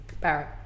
barrett